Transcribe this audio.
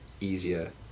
easier